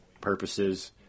purposes